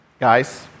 Guys